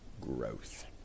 growth